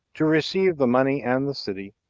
to receive the money and the city